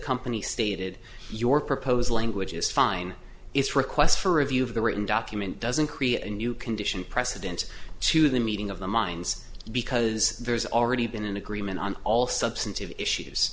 company stated your proposed language is fine its request for review of the written document doesn't create a new condition precedent to the meeting of the minds because there's already been an agreement on all substantive issues